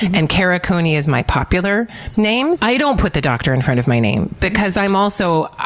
and kara cooney is my popular name. i don't put the dr in front of my name because i'm also.